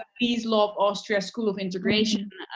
ah please love austria school of integration,